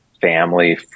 family